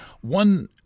One